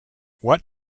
what